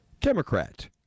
Democrat